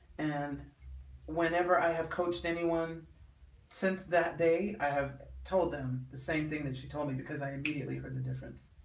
and whenever i have coached anyone since that day, i have told them the same thing that she told me because i immediately heard the difference.